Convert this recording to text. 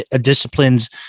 disciplines